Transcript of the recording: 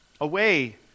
away